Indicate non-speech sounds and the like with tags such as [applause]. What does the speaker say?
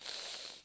[noise]